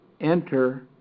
enter